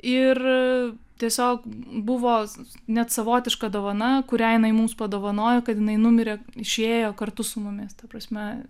ir tiesiog buvo net savotiška dovana kurią jinai mums padovanojo kad jinai numirė išėjo kartu su mumis ta prasme